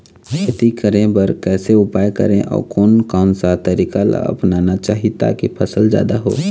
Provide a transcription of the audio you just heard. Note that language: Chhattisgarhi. खेती करें बर कैसे उपाय करें अउ कोन कौन सा तरीका ला अपनाना चाही ताकि फसल जादा हो?